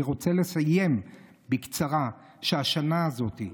אני רוצה לסיים, בקצרה: בשנה הזאת,